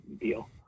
deal